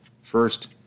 First